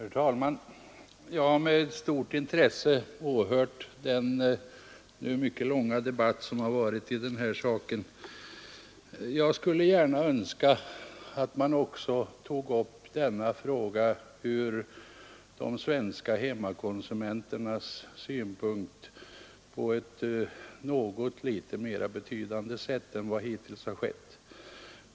Herr talman! Jag har med stort intresse lyssnat på denna långa debatt, och jag skulle önska att denna fråga diskuterades på ett från de svenska hemmakonsumenternas synpunkt mera betydelsefullt sätt än som hittills har varit fallet.